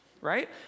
right